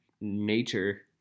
nature